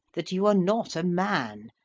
that you are not a man,